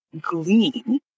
glean